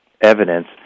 evidence